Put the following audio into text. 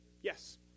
Yes